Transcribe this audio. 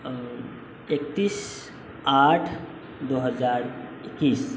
एकतीस आठ दू हजार एकैस